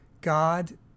God